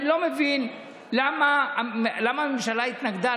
אני לא מבין למה הממשלה התנגדה,